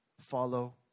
follow